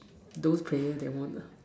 those players they won't ah